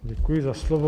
Děkuji za slovo.